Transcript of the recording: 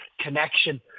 connection